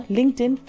LinkedIn